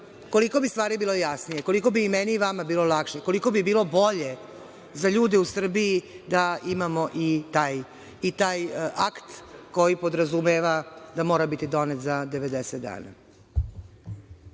bi stvari bile jasnije, koliko bi i meni i vama bilo lakše, koliko bi bilo bolje za ljude u Srbiji da imamo i taj akt koji podrazumeva da mora biti donet za 90 dana.